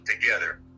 together